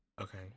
Okay